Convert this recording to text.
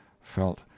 felt